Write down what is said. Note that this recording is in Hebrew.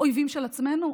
אויבים של עצמנו?